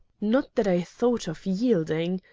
not that i thought of yielding.